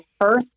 first